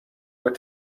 were